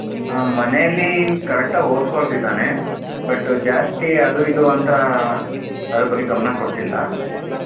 ಆಂ ಮನೆಯಲ್ಲಿ ಕರೆಕ್ಟಾಗಿ ಓದಿಕೊಳ್ತಿದಾನೆ ಬಟ್ಟು ಜಾಸ್ತಿ ಅದು ಇದು ಅಂತ ಅದ್ರ ಬಗ್ಗೆ ಗಮನ ಕೊಡ್ತಿಲ್ಲ